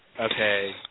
okay